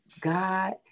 God